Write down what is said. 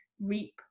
reap